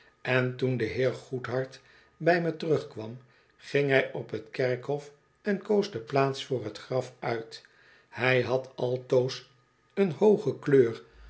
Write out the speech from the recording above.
en toen de heer goedhart bij me terugkwam ging hij op t kerkhof en koos de plaats voor t graf uit hij had altoos een hooge kleur